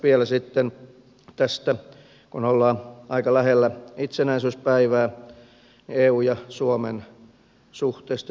vielä sitten kun ollaan aika lähellä itsenäisyyspäivää eun ja suomen suhteesta